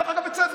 דרך אגב, בצדק.